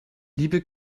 liebe